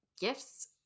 gifts